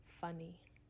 funny